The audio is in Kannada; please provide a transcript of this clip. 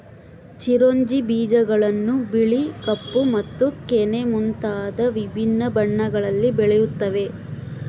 ಚಿರೊಂಜಿ ಬೀಜಗಳನ್ನು ಬಿಳಿ ಕಪ್ಪು ಮತ್ತು ಕೆನೆ ಮುಂತಾದ ವಿಭಿನ್ನ ಬಣ್ಣಗಳಲ್ಲಿ ಬೆಳೆಯುತ್ತವೆ